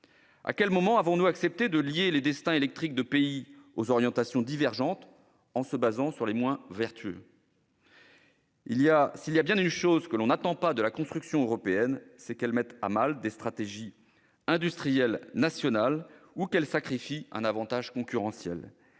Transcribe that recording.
À quel moment a-t-on accepté de lier les destins électriques de pays aux orientations divergentes en se basant sur les moins vertueux ? S'il y a bien une chose que l'on n'attend pas de la construction européenne, c'est qu'elle mette à mal des stratégies industrielles nationales ou qu'elle sacrifie un avantage concurrentiel.